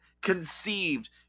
conceived